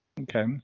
Okay